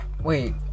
Wait